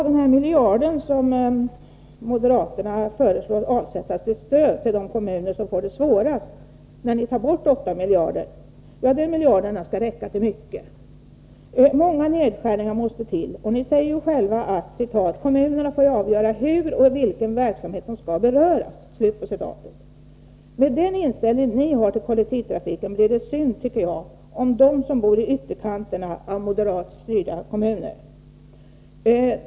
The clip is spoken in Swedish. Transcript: Herr talman! Moderaterna föreslår att I miljard skall avsättas till stöd åt de kommuner som får det svårast, när ni tar bort 8 miljarder. Den miljarden skall räcka till mycket! Många nedskärningar måste ske. Ni säger själva att ”kommunerna får avgöra hur och vilken verksamhet som skall beröras”. Med den inställning ni moderater har till kollektivtrafiken tycker jag att det blir synd om de människor som bor i ytterkanterna av moderatstyrda kommuner.